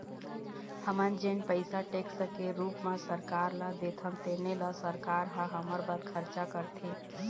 हमन जेन पइसा टेक्स के रूप म सरकार ल देथन तेने ल सरकार ह हमर बर खरचा करथे